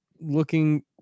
looking